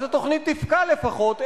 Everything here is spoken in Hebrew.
אז התוכנית תפקע לפחות,